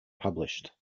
published